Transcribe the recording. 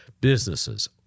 businesses